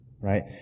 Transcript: right